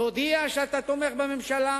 תודיע שאתה תומך בממשלה,